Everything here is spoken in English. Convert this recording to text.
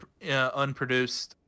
unproduced